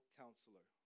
counselor